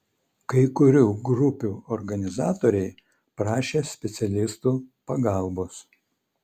kai kurių grupių organizatoriai prašė specialistų pagalbos